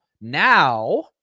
now